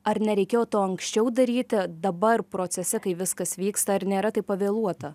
ar nereikėjo to anksčiau daryti dabar procese kai viskas vyksta ar nėra tai pavėluota